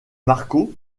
marco